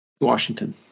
washington